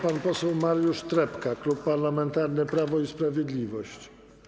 Pan poseł Mariusz Trepka, Klub Parlamentarny Prawo i Sprawiedliwość.